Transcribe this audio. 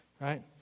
right